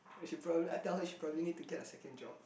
and she probably I tell her she probably need to get a second job